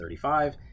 35